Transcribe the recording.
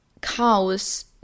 cows